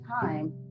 time